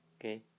okay